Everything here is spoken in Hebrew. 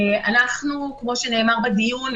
כפי שנאמר בדיון,